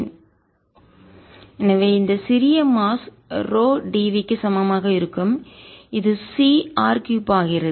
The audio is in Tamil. dVr2drsinθdθdϕ rθϕCx2zCr2ϕ r|cosθ| எனவே இந்த சிறிய மாஸ் நிறை ரோ dv க்கு சமமாக இருக்கும் இது C r 3 ஆகிறது